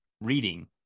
reading